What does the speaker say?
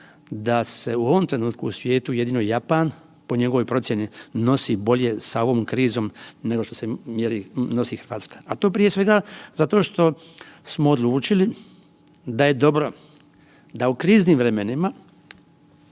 da se u ovom trenutku u svijetu jedino Japan po njegovoj procjeni nosi bolje sa ovom krizom nego što se nosi Hrvatska, a to prije svega zato što smo odlučili da je dobro da u kriznim vremenima